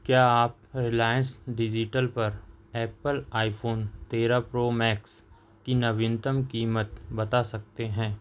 क्या आप Reliance Digital पर एप्पल आईफोन तेरह प्रो मैक्स की नवीनतम क़ीमत बता सकते हैं